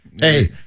Hey